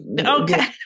okay